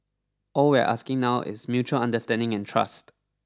all we're asking for now is mutual understanding and trust